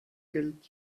gilt